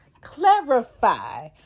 clarify